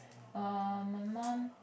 um my mum